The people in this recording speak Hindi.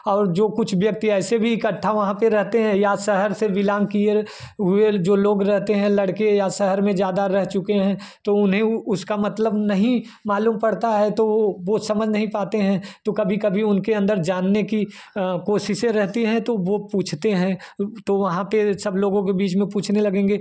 और जो कुछ व्यक्ति ऐसे भी इकट्ठा वहाँ पर रहते हैं या शहर से बिलॉग किए वह जो लोग रहते हैं लड़के या शहर में ज़्यादा रह चुके हैं तो उन्हें उसका मतलब नहीं मालूम पड़ता है तो वह वह समझ नहीं पाते हैं तो कभी कभी उनके अंदर जानने की कोशिशें रहती है तो वह पूछते हैं तो वहाँ पर सब लोगों के बीच में पूछने लगेंगे